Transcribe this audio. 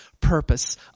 purpose